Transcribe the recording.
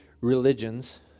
religions